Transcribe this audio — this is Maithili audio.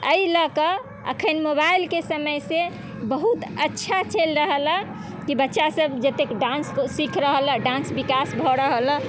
तऽ एहि लऽ के अखन मोबाइलके समय से बहुत अच्छा चलि रहल यऽ कि बच्चा सब जतेक डान्स सीख रहल यऽ डान्स भी विकास भऽ रहल यऽ